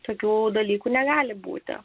tokių dalykų negali būti